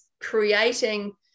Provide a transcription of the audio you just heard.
creating